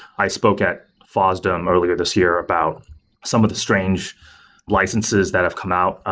i spoke at fosdem earlier this year about some of the strange licenses that have come out,